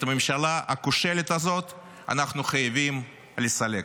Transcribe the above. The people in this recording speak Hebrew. את הממשלה הכושלת הזאת אנחנו חייבים לסלק.